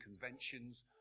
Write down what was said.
conventions